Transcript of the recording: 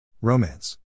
Romance